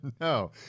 No